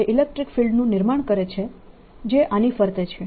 અને તેથી તે ઇલેક્ટ્રીક ફિલ્ડનું નિર્માણ કરે છે જે આની ફરતે છે